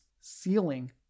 ceiling